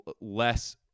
less